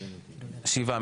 שבעה.